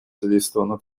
задействована